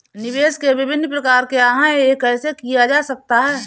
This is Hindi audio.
निवेश के विभिन्न प्रकार क्या हैं यह कैसे किया जा सकता है?